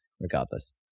regardless